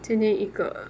前天一个